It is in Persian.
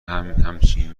همچین